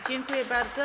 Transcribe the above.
Dziękuję bardzo.